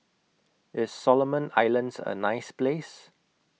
IS Solomon Islands A nice Place